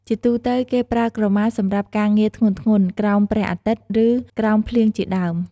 ជាទូទៅ គេប្រើក្រមាសម្រាប់ការងារធ្ងន់ៗ ក្រោមព្រះអាទិត្យ ឬ ក្រោមភ្លៀងជាដើម។